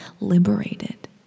liberated